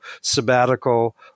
sabbatical